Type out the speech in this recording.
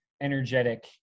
energetic